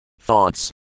thoughts